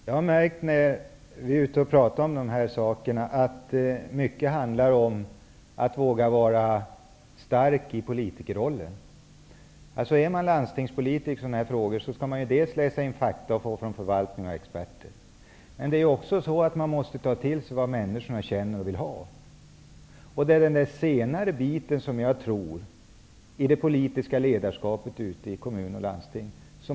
Herr talman! När jag är ute och pratar om dessa saker har jag märkt att det mycket handlar om att våga vara stark i politikerrollen. Landstingspolitiker som har hand om sådana här frågor skall läsa in fakta som de får från förvaltningar och experter. Men de måste också ta till sig vad människorna känner och vad de vill ha. Jag tror att den senare biten måste växa hos politikerna ute i kommun och landsting.